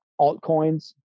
altcoins